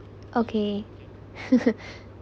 okay